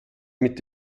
mit